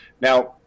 Now